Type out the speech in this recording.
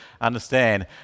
understand